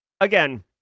Again